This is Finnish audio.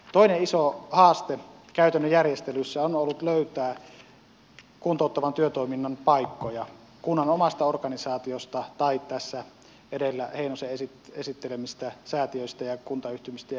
toinen iso haaste käytännön järjestelyissä on ollut löytää kuntouttavan työtoiminnan paikkoja kunnan omasta organisaatiosta tai tässä edellä heinosen esittelemistä säätiöistä ja kuntayhtymistä ja yhdistyksistä